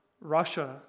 Russia